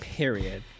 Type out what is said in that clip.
period